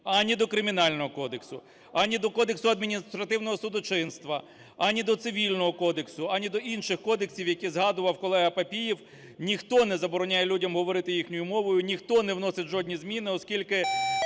ані до Кримінального кодексу, ані до Кодексу адміністративного судочинства, ані до Цивільного кодексу, ані до інших кодексів, які згадував колега Папієв. Ніхто не забороняє говорити людям їхньою мовою, ніхто не вносить жодні зміни, оскільки